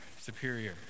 superior